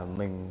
mình